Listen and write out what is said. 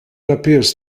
appears